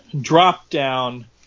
drop-down